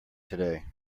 today